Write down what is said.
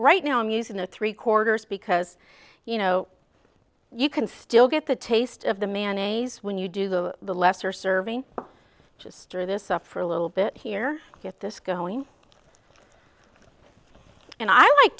right now i'm using the three quarters because you know you can still get the taste of the man a s when you do the the lesser serving just or this up for a little bit here get this going and i like